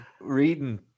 reading